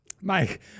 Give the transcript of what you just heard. Mike